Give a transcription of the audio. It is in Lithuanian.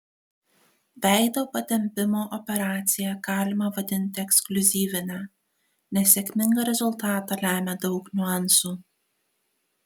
veido patempimo operaciją galima vadinti ekskliuzyvine nes sėkmingą rezultatą lemia daug niuansų